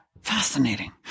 fascinating